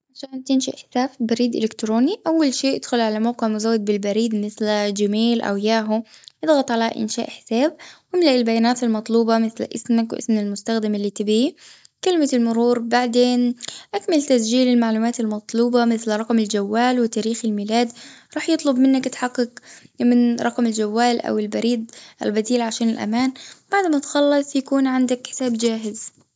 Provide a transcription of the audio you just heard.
عشان تتشيء حساب بريد إلكتروني. أول شي أدخل على موقع مزود بالبريد مثل الجيميل أو الياهو. اضغط على إنشاء حساب. إملأ البيانات المطلوبة مثل أسمك وأسم المستخدم اللي تبيه. كلمة المرور بعدين أكمل تسجيل المعلومات المطلوبة مثل رقم الجوال وتاريخ الميلاد. راح يطلب منك تحقق من رقم الجوال أو البريد البديل عشان الأمان. بعد ما تخلص يكون عندك حساب جاهز.